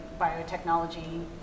biotechnology